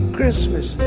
Christmas